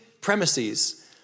premises